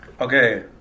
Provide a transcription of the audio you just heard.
Okay